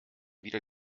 wieder